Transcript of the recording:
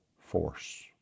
force